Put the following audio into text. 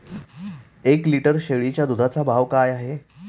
एक लिटर शेळीच्या दुधाचा भाव काय आहे?